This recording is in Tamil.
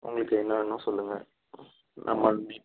உங்களுக்கு என்ன வேணும் சொல்லுங்கள் நம்ம மீ